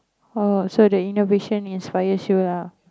oh so the innovation is fire shield lah